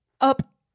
Up